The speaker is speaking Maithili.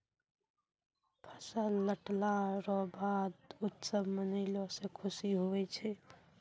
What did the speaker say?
फसल लटला रो बाद उत्सव मनैलो से खुशी हुवै छै